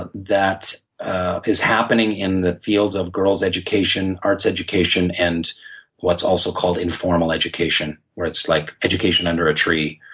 but that his happening in the fields of girls' education, arts education, and what's also called informal education, where it's like education under a tree.